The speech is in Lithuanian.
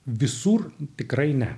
visur tikrai ne